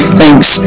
thanks